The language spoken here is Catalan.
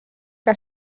què